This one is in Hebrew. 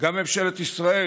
גם ממשלת ישראל,